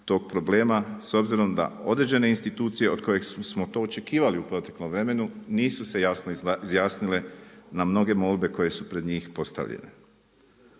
tog problema s obzirom da određene institucije od kojih smo to očekivali u proteklom vremenu nisu se jasno izjasnile na mnoge molbe koje su pred njih postavljene.